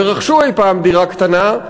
ורכשו אי-פעם דירה קטנה,